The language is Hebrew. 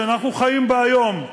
שאנחנו חיים בה היום,